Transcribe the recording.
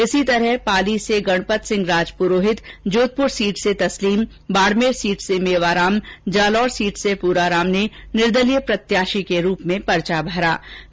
इसी प्रकार पाली से गणपत सिंह राजपुरोहित जोधपुर सीट से तसलीम बाडमेर सीट से मेवाराम जालोर सीट से पुराराम ने निर्दलीय प्रत्याशी के रूप में नामांकन दाखिल किये